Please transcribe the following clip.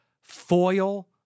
foil